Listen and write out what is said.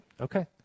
okay